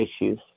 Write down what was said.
issues